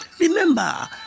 Remember